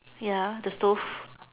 ya the stove